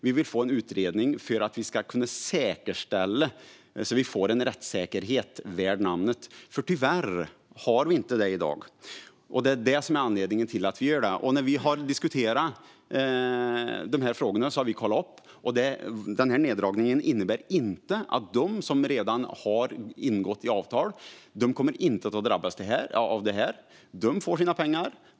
Vi vill få en utredning för att vi ska kunna säkerställa att vi får en rättssäkerhet värd namnet, för tyvärr har vi inte det i dag. När vi har diskuterat de här frågorna har vi kollat upp att den här neddragningen inte innebär att de som redan har ingått avtal kommer att drabbas. De får sina pengar.